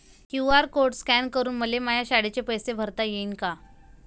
QR code scan करून मले माया शाळेचे पैसे भरता येईन का?